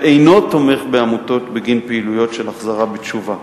ואינו תומך בעמותות בגין פעילויות של החזרה בתשובה.